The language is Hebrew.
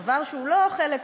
דבר שהוא לא חלק,